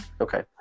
Okay